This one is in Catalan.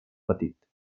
petit